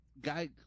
guy